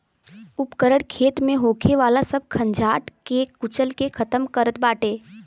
उपकरण खेत में होखे वाला सब खंजाट के कुचल के खतम करत बाटे